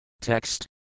Text